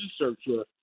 researcher